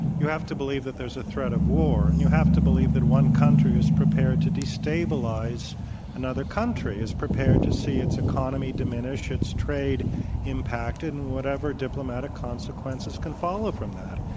you have to believe that there's a threat of war. and you have to believe that one country is prepared to destabilize another country, is prepared to see its economy diminish, its trade impacted and whatever diplomatic consequences can follow from that.